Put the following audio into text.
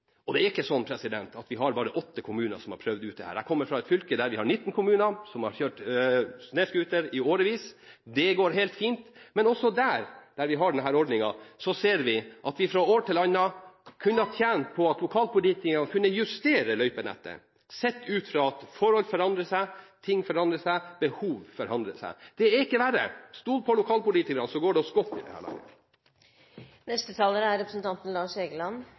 Det er heller ikke sånn at vi har bare åtte kommuner som har prøvd ut dette. Jeg kommer fra et fylke der vi har 19 kommuner hvor man har kjørt snøscooter i årevis. Det går helt fint, men også der vi har denne ordningen, ser vi at vi fra år til annet kunne ha tjent på at lokalpolitikerne kunne justere løypenettet, sett ut fra at forhold forandrer seg, ting forandrer seg, behov forandrer seg. Det er ikke verre. Stol på lokalpolitikerne, så går det oss godt i